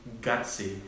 gutsy